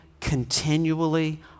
continually